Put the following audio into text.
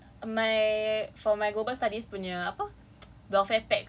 cause cause got my for my global studies punya apa